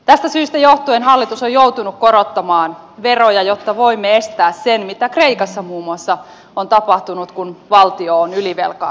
tästä syystä johtuen hallitus on joutunut korottamaan veroja jotta voimme estää sen mitä kreikassa muun muassa on tapahtunut kun valtio on ylivelkaantunut